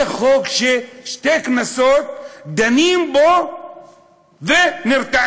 זה חוק ששתי כנסות דנים בו ונרתעים.